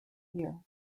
year